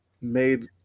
made